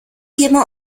käme